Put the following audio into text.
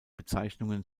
bezeichnungen